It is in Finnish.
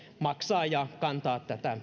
maksaa ja kantaa tätä